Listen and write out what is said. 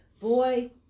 boy